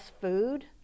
food